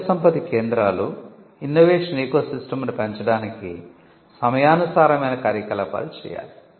మేధోసంపత్తి కేంద్రాలు ఇన్నోవేషన్ ఎకోసిస్టమ్ను పెంచడానికి సమయానుసారమైన కార్యకలాపాలు చేయాలి